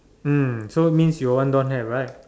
mm so it means your one don't have right